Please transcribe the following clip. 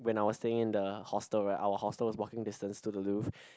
when I was staying in the hostel right our hostel is walking distance to the Louvre